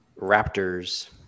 Raptors